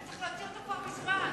היה צריך להוציא אותו כבר מזמן.